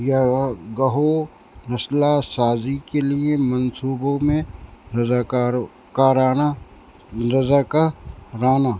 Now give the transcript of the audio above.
یا گہو نسلہ سازی کے لیے منصوبوں میں رضا کاروں کارانہ رضا کا رانہ